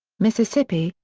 mississippi,